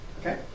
Okay